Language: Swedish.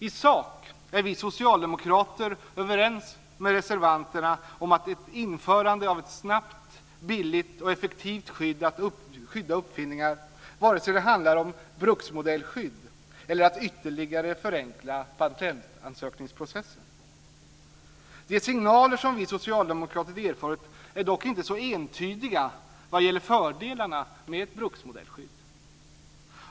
I sak är vi socialdemokrater överens med reservanterna om att införa ett snabbt, billigt och effektivt sätt att skydda uppfinningar, vare sig det handlar om bruksmodellskydd eller att ytterligare förenkla patentansökningsprocessen. De signaler som vi socialdemokrater erfarit är dock inte så entydiga vad gäller fördelarna med ett bruksmodellskydd.